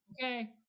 okay